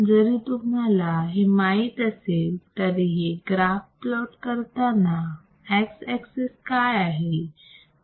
जरी तुम्हाला हे माहीत असेल तरीही ग्राफ प्लॉट करताना एक्स एक्सिस काय आहे